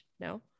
No